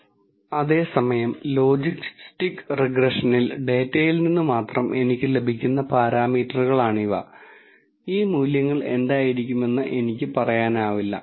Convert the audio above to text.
പരിഹരിക്കപ്പെടുന്ന പ്രോബ്ളങ്ങളുടെ തരത്തെക്കുറിച്ചും ഇത്തരം പ്രോബ്ളങ്ങൾ പരിഹരിക്കുന്നതിന് എന്തിനാണ് ഇത്രയധികം ടെക്നിക്കുകൾ ഉള്ളതെന്നതിനെക്കുറിച്ചും എന്റെ വീക്ഷണം ഞാൻ നിങ്ങൾക്ക് നൽകാൻ പോകുന്നു